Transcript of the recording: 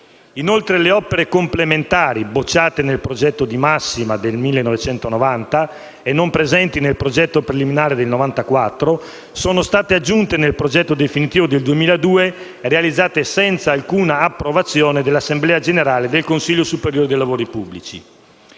Inoltre, le opere complementari, bocciate nel progetto di massima nel 1990 e non presenti nel progetto preliminare del 1994, sono state aggiunte nel progetto definitivo del 2002 e realizzate senza alcuna approvazione dell'assemblea generale del Consiglio superiore dei lavori pubblici.